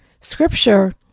Scripture